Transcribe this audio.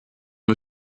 wir